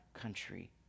country